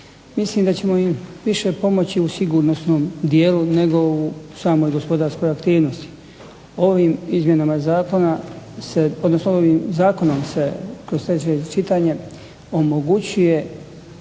Mislim da ćemo im više pomoći u sigurnosnom dijelu nego u samoj gospodarskoj aktivnosti. Ovim izmjenama zakona, odnosno ovim zakonom se kroz treće čitanje omogućuje